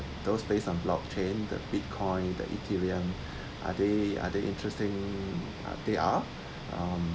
those based on blockchain the bitcoin the italian are they are the interesting ah they are um